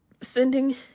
sending